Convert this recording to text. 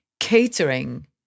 catering